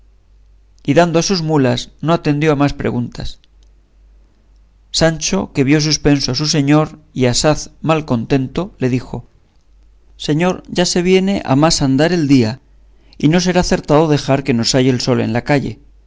a sus mulas no atendió a más preguntas sancho que vio suspenso a su señor y asaz mal contento le dijo señor ya se viene a más andar el día y no será acertado dejar que nos halle el sol en la calle